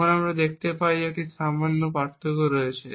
তখন আমরা দেখতে পাই যে একটি সামান্য পার্থক্য রয়েছে